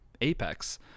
apex